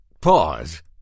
pause